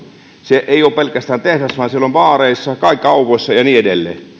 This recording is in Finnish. ei pelkästään tehdas vaan siellä on baareissa ja kaupoissa huoltoasemilla ja niin edelleen